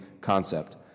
concept